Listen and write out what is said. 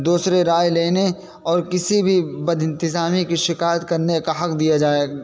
دوسرے رائے لینے اور کسی بھی بد انتظامی کی شکایت کرنے کا حق دیا جائے